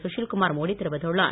சுஷீல்குமார் மோடி தெரிவித்துள்ளார்